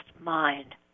mind